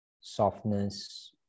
softness